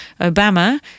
Obama